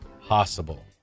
possible